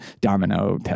Domino